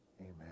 Amen